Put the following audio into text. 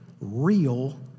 real